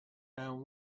and